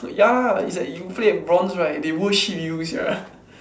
ya it's like you play bronze right they worship you sia